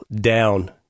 down